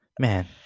Man